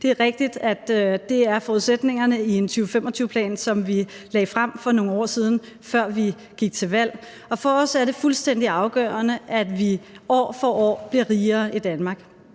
Det er rigtigt, at det er forudsætningerne i en 2025-plan, som vi lagde frem for nogle år siden, før vi gik til valg. Og for os er det fuldstændig afgørende, at vi år for år bliver rigere i Danmark.